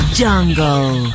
jungle